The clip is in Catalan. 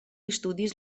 estudis